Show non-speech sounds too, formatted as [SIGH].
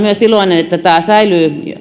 [UNINTELLIGIBLE] myös iloinen että tämä säilyy